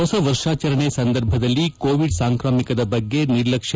ಹೊಸವರ್ಷಾಚರಣೆ ಸಂದರ್ಭದಲ್ಲಿ ಕೋವಿಡ್ ಸಾಂಕ್ರಾಮಿಕದ ಬಗ್ಗೆ ನಿರ್ಲಕ್ಷ್